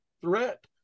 threat